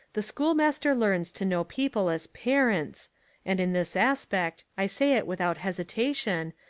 the schoolmaster learns to know people as parents and in this aspect, i say it without hesitation,